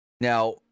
Now